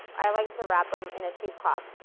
i like to wrap them in a cheesecloth,